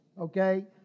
okay